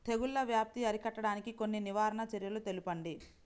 తెగుళ్ల వ్యాప్తి అరికట్టడానికి కొన్ని నివారణ చర్యలు తెలుపండి?